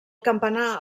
campanar